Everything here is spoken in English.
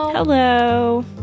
Hello